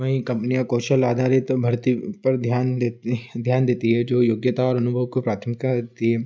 वहीं कम्पनियाँ कौशल आधारित भर्ती पर ध्यान देती ध्यान देती है जो योग्यता और अनुभव को प्राथमिकता दिये